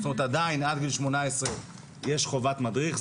עדיין עד גיל 18 יש חובת מדריך.